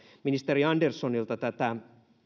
ministeri anderssonilta tätä